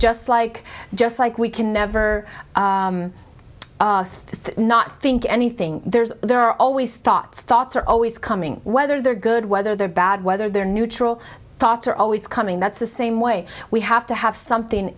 just like just like we can never think not think anything there's there are always thoughts thoughts are always coming whether they're good whether they're bad whether they're neutral thoughts are always coming that's the same way we have to have something